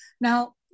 Now